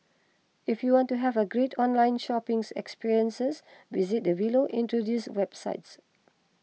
if you want to have a great online shopping experiences visit the below introduced websites